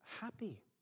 happy